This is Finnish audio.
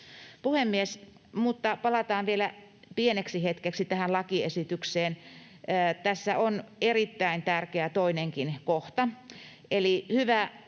Puhemies! Palataan vielä pieneksi hetkeksi tähän lakiesitykseen. Tässä on erittäin tärkeä toinenkin kohta,